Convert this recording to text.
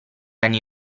anni